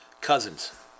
Cousins